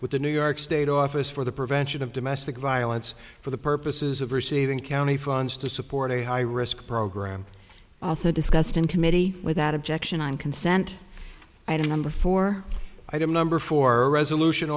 with the new york state office for the prevention of domestic violence for the purposes of receiving county funds to support a high risk program also discussed in committee without objection on consent i don't number four item number four resolution